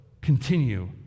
continue